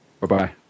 Bye-bye